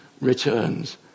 returns